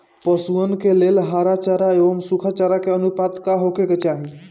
पशुअन के हरा चरा एंव सुखा चारा के अनुपात का होखे के चाही?